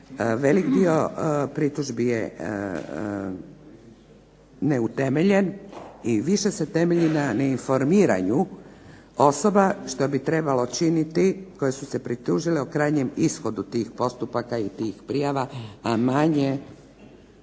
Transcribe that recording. velik dio pritužbi je neutemeljen i više se temelji na informiranju osoba što bi trebalo činiti koje su se pritužile o krajnjem ishodu tih postupaka i tih prijava, a manje